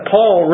Paul